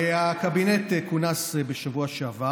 הקבינט כונס בשבוע שעבר.